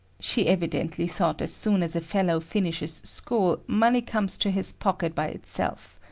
she evidently thought as soon as a fellow finishes school, money comes to his pocket by itself.